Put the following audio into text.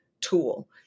tool